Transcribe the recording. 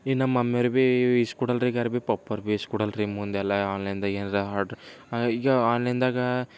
ಇನ್ನು ನಮ್ಮಮ್ಮರ್ಬಿ ಇಸ್ಕೊಡಲ್ರಿ ಈಗ ಅವ್ರ್ ಬಿ ಪಪ್ಪರ್ಬಿ ಇಸ್ಕೊಡಲ್ರಿ ಮುಂದೆಲ್ಲ ಆನ್ಲೈನ್ದಾಗೆ ಏನಾದ್ರು ಆಡ್ರ್ ಈಗ ಆನ್ಲೈನ್ದಾಗೆ